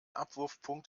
abwurfpunkt